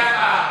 מי אמר?